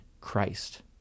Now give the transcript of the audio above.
Christ